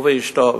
הוא ואשתו,